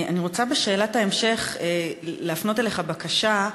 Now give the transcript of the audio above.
אני רוצה בשאלת ההמשך להפנות אליך בקשה,